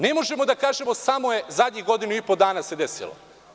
Ne možemo da kažemo – samo se zadnjih godinu i po dana desilo.